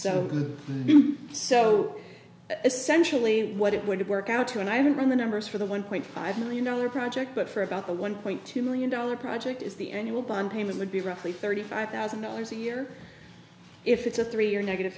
essentially what it would work out to and i don't run the numbers for the one point five million dollar project but for about the one point two million dollars project is the annual bond payment would be roughly thirty five thousand dollars a year if it's a three year negative